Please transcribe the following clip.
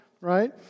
right